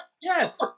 Yes